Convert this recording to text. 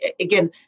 again